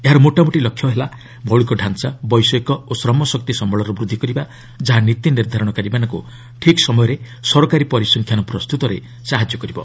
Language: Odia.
ଏହାର ମୋଟାମୋଟି ଲକ୍ଷ୍ୟ ହେଲା ମୌଳିକ ଢାଞ୍ଚା ବୈଷୟିକ ଓ ଶ୍ରମଶକ୍ତି ସମ୍ଭଳର ବୃଦ୍ଧି କରିବା ଯାହା ନୀତି ନିର୍ଦ୍ଧାରଣକାରୀମାନଙ୍କୁ ଠିକ୍ ସମୟରେ ସରକାରୀ ପରିସଂଖ୍ୟାନ ପ୍ରସ୍ତତରେ ସହାୟକ ହେବ